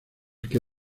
que